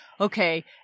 okay